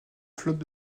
flotte